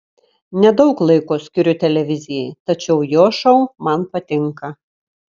nedaug laiko skiriu televizijai tačiau jo šou man patinka